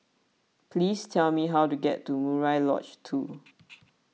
please tell me how to get to Murai Lodge two